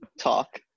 talk